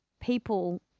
people